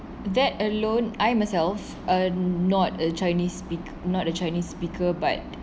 that alone I myself uh not a chinese speak~ not a chinese speaker but